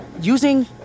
using